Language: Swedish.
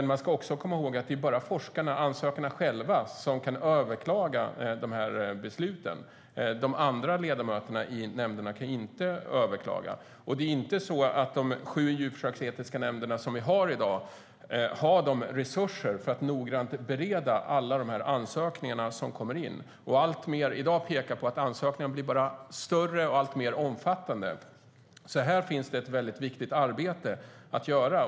Man ska också komma ihåg att det bara är forskarna, ansökarna själva, som kan överklaga besluten. De andra ledamöterna i nämnderna kan inte överklaga. Här finns ett väldigt viktigt arbete att göra.